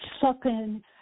sucking